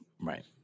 Right